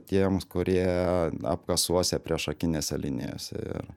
tiems kurie apkasuose priešakinėse linijose ir